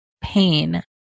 pain